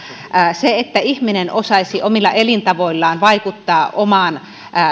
jotta ihminen osaisi omilla elintavoillaan vaikuttaa omaan